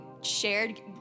shared